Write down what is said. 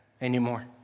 anymore